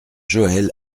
joël